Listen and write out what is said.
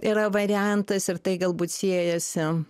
yra variantas ir tai galbūt siejasi